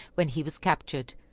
when he was captured.